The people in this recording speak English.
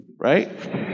right